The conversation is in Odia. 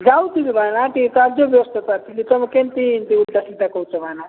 ଯାଉଥିଲି ଭଇନା ଟିକେ କାର୍ଯ୍ୟ ବ୍ୟସ୍ତତା ଥିଲି ତ ମୁଁ କେମିତି ଓଲଟା ସିଧା କହୁଛ ଭଇନା